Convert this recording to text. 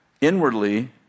inwardly